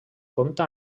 compta